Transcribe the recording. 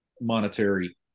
monetary